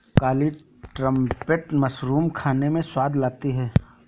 काली trumpet mushroom खाने में स्वाद लाती है